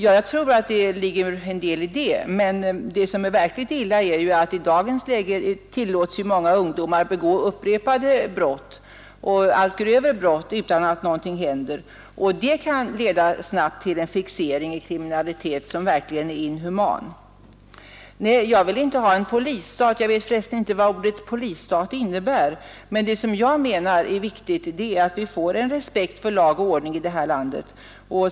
Ja, jag tror att det ligger en del i det, men det som är verkligt illa är ju att det i dagens läge är tillåtet att många ungdomar begår upprepade och allt grövre brott utan att något händer, och det kan snabbt leda till en fixering i kriminalitet som verkligen är inhuman. Nej, jag vill inte ha en polisstat. Jag vet förresten inte vad ordet ”polisstat” innebär. Men det som jag menar är viktigt är att vi får en respekt för lag och ordning i vårt land.